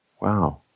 Wow